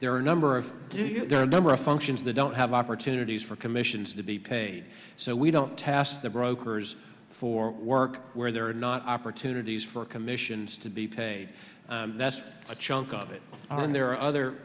there are a number of there are a number of functions they don't have opportunities for commissions to be paid so we don't test the brokers for work where there are not opportunities for commissions to be paid that's a chunk of it and there are other